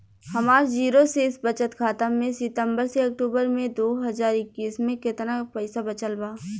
हमार जीरो शेष बचत खाता में सितंबर से अक्तूबर में दो हज़ार इक्कीस में केतना पइसा बचल बा?